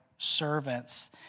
Servants